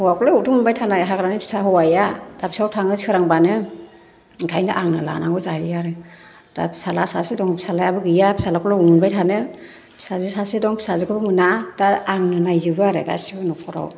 हौवाखौलाय अबावथो मोनबाय थानाय हाग्रानि फिसा हौवाया दाबसेयाव थाङो सोरांबानो ओंखायनो आंनो लानांगौ जायो आरो दा फिसाला सासे दं फिसालायाबो गैया फिसालाखौलाय अबाव मोनबाय थानो फिसाजो सासे दं फिसाजोखौबो मोना दा आंनो नायजोबो आरो गासिबखौबो नख'राव